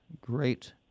great